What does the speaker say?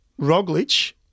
Roglic